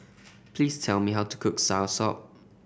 please tell me how to cook soursop